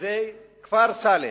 גם היבוסים, אתה יודע, זה כפר-סאלם.